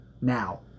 now